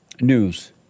News